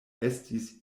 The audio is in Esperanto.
estis